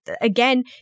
again